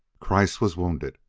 kreiss was wounded.